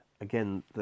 again